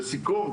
לסיכום,